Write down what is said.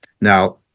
Now